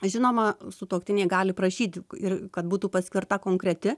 žinoma sutuoktiniai gali prašyti ir kad būtų paskirta konkreti